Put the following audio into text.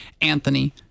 Anthony